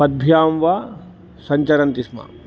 पद्भ्यां वा सञ्चरन्ति स्म